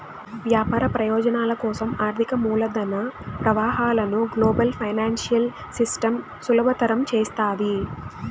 వ్యాపార ప్రయోజనాల కోసం ఆర్థిక మూలధన ప్రవాహాలను గ్లోబల్ ఫైనాన్సియల్ సిస్టమ్ సులభతరం చేస్తాది